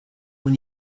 when